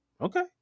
okay